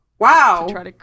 Wow